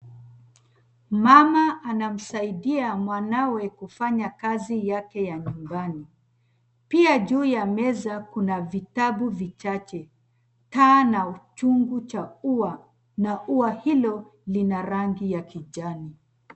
Mama anamsaidia mwanawe kufanya kazi yake ya muungano. Pia juu ya meza una vitabu vichache, taa na uchungu cha ua na kuwa hilo lina rangi ya kijani.